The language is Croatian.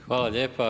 Hvala lijepa.